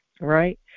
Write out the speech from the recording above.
right